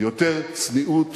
יותר צניעות